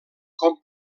com